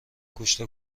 گوشت